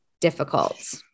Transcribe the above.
difficult